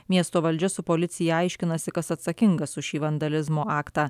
miesto valdžia su policija aiškinasi kas atsakingas už šį vandalizmo aktą